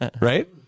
right